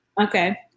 okay